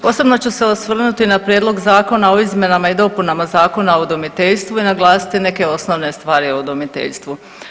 Posebno ću se osvrnuti na Prijedlog zakona o izmjenama i dopunama Zakona o udomiteljstvu i naglasiti neke osnovne stvari o udomiteljstvu.